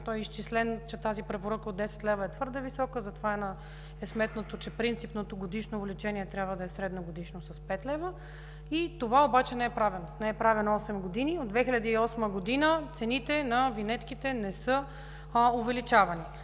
като е изчислено, че тази препоръка от 10 лв. е твърде висока, затова е сметнато, че принципното годишно увеличение трябва да е средногодишно с 5 лв., и това обаче не е правено. Не е правено осем години – от 2008 г. цените на винетките не са увеличавани.